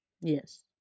Yes